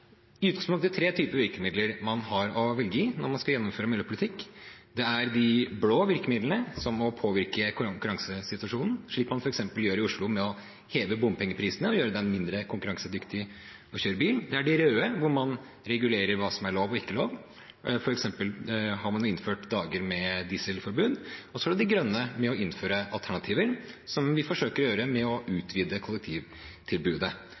i utgangspunktet tre typer virkemidler man har å velge i når man skal gjennomføre miljøpolitikk. Det er de blå virkemidlene, som å påvirke konkurransesituasjonen, slik man f.eks. gjør i Oslo ved å heve bompengeprisene og gjøre det mindre konkurransedyktig å kjøre bil. Det er de røde virkemidlene, å regulere hva som er lov og ikke lov. For eksempel har man innført dager med dieselforbud. Og så er det de grønne virkemidlene, å innføre alternativer, som vi forsøker å gjøre med å